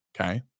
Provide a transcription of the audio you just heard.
okay